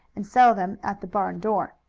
and sell them, at the barn door.